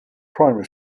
primary